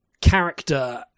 character